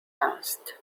asked